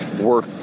work